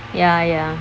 ya ya